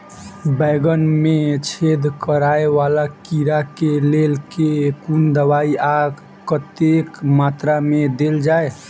बैंगन मे छेद कराए वला कीड़ा केँ लेल केँ कुन दवाई आ कतेक मात्रा मे देल जाए?